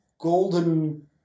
golden